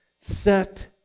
set